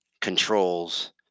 controls